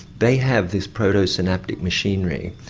they have this proto-synaptic machinery.